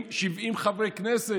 היא אומרת: יש חריג כשזה נושא מיוחד.